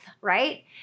right